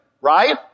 right